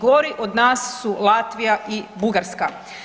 Gori od nas su Latvija i Bugarska.